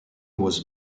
was